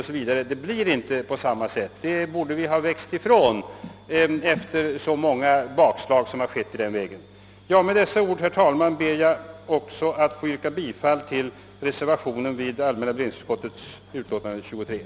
Detta fungerar dock inte, och vi borde ha växt ifrån sådana försök efter de många bakslag som förekommit i samband därmed.